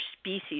species